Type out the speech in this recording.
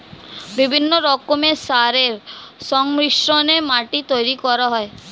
বিভিন্ন রকমের সারের সংমিশ্রণে মাটি তৈরি করা হয়